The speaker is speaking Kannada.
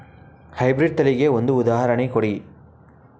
ಹೈ ಬ್ರೀಡ್ ತಳಿಗೆ ಒಂದು ಉದಾಹರಣೆ ಕೊಡಿ?